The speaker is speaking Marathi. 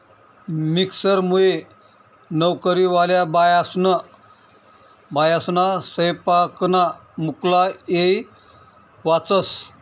मिक्सरमुये नवकरीवाल्या बायास्ना सैपाकना मुक्ला येय वाचस